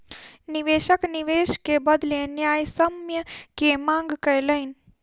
निवेशक निवेश के बदले न्यायसम्य के मांग कयलैन